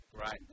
Right